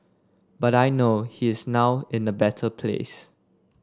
but I know he is now in a better place